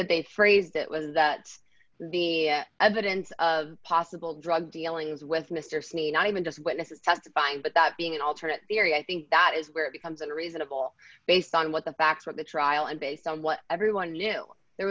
that they phrased it was that the evidence of possible drug dealings with mister sneed not even just witnesses testifying but that being an alternate theory i think that is where it becomes a reasonable based on what the facts of the trial and based on what everyone knew there